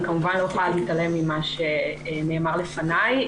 אני כמובן לא יכולה להתעלם ממה שנאמר לפניי,